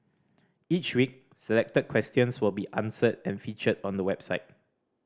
each week selected questions will be answered and featured on the website